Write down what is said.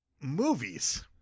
movies